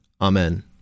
Amen